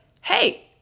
hey